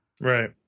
right